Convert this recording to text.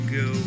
go